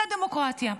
זו דמוקרטיה.